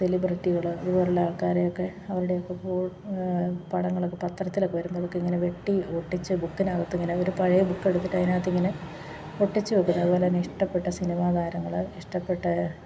സെലിബ്രിറ്റികൾ അതുപോലുള്ള ആൾക്കാരെയൊക്കെ അവരുടെ ഒക്കെ ഫോ പടങ്ങളൊക്കെ പത്രത്തിലൊക്കെ വരുമ്പോൾ അതൊക്കെ അങ്ങനെ വെട്ടി ഒട്ടിച്ച് ബുക്കിനകത്തിങ്ങനെ ഒരു പഴയ ബുക്കെടുത്തിട്ട് അതിനകത്തിങ്ങനെ ഒട്ടിച്ചുവെക്കും അതുപോലെ തന്നെ ഇഷ്ടപ്പെട്ട സിനിമാതാരങ്ങൽ ഇഷ്ടപ്പെട്ട